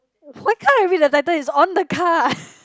why can't I read the title it's on the card